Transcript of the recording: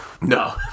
no